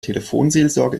telefonseelsorge